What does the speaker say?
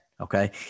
okay